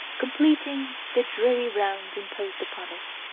completing the dreary round imposed upon it,